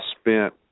spent